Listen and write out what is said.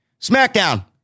SmackDown